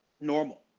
normal